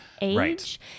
age